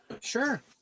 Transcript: Sure